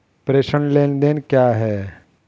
प्रेषण लेनदेन क्या है?